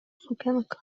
sukienkę